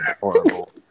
horrible